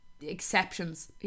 Exceptions